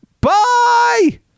bye